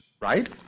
Right